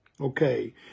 Okay